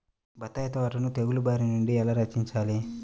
బత్తాయి తోటను తెగులు బారి నుండి ఎలా రక్షించాలి?